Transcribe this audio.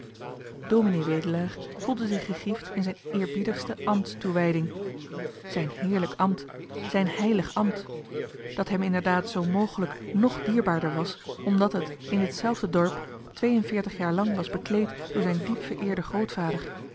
ds wedelaar voelde zich gegriefd in zijn eerbiedigste ambtstoewijding zijn heerlijk ambt zijn heilig ambt dat hem inderdaad zoo mgelijk ng dierbaarder was omdat het in ditzelfde dorp twee-en-veertig jaar lang was bekleed door zijn diep vereerden grootvader